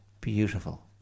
beautiful